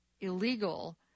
illegal